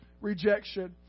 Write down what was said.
rejection